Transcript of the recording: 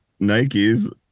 Nikes